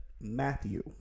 Matthew